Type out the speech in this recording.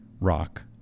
Rock